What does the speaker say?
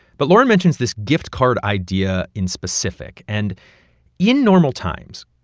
but lauren mentions this gift card idea in specific. and in normal times,